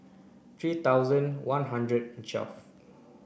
three thousand one hundred and twelve